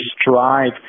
strive